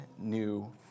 new